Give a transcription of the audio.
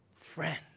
friend